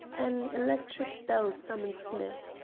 an electric bell summoned smith.